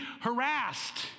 harassed